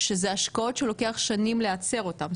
שאלו השקעות שלוקח שנים לייצר אותם.